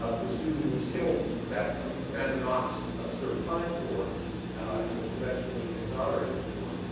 um the student who was killed that um amanda knox ah served time for and was eventually exonerated for.